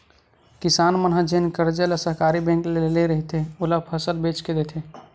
किसान मन ह जेन करजा ल सहकारी बेंक ले रहिथे, ओला फसल बेच के देथे